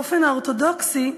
באופן האורתודוקסי,